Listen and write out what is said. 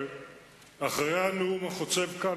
אחרי הנאום החוצב כאן,